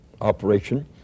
operation